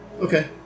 Okay